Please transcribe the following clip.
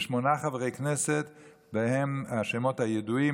ושמונה חברי כנסת ובהם השמות הידועים,